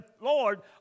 Lord